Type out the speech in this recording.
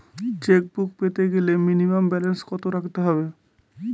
Chequebook পেতে গেলে minimum balance কত রাখতে হবে?